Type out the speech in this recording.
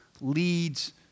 leads